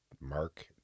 Mark